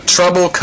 Trouble